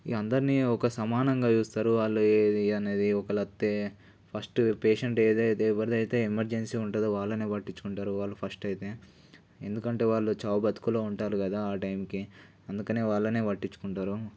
ఇక అందరినీ ఒక సమానంగా చూస్తారు వాళ్ళు ఏది అనేది ఒకవేళ వస్తే ఫస్ట్ పేషెంట్ ఏదైతే ఎవరిదైతే ఎమర్జెన్సీ ఉంటుందో వాళ్ళనే పట్టించుకుంటారు వాళ్ళు ఫస్ట్ అయితే ఎందుకంటే వాళ్ళు చావు బ్రతుకుల్లో ఉంటారు కదా ఆ టైంకి అందుకనే వాళ్ళనే పట్టించుకుంటారు